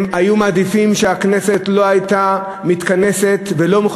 הם היו מעדיפים שהכנסת לא הייתה מתכנסת ולא הייתה